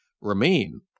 remain